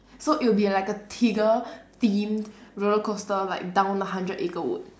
so it would be like a tigger themed roller coaster like down a hundred acre woods